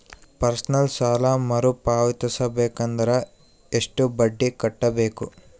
Personal ಸಾಲ ಮರು ಪಾವತಿಸಬೇಕಂದರ ಎಷ್ಟ ಬಡ್ಡಿ ಕಟ್ಟಬೇಕು?